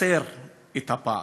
ולהקטין את הפער.